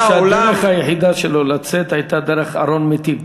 אתה יודע שהדרך היחידה שלו לצאת הייתה דרך ארון מתים.